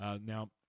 Now